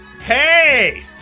hey